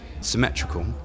symmetrical